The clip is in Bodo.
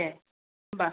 दे होमबा